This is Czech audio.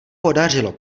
podařilo